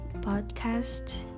podcast